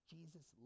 Jesus